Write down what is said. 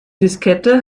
diskette